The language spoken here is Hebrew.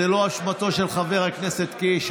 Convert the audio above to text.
זו לא אשמתו של חבר הכנסת קיש.